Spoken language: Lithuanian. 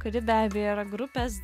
kuri be abejo yra grupės